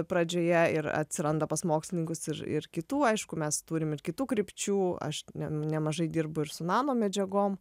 pradžioje ir atsiranda pas mokslininkus ir ir kitų aišku mes turim ir kitų krypčių aš ne nemažai dirbu ir su nanomedžiagom